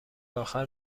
آخر